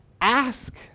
ask